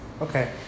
Okay